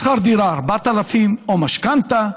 שכר דירה, 4,000, או משכנתה.